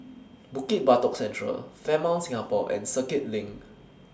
Bukit Batok Central Fairmont Singapore and Circuit LINK